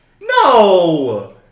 No